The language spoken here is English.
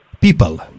people